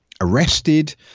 arrested –